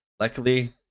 luckily